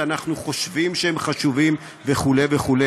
"אנחנו חושבים שהם חשובים" וכו' וכו',